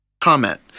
comment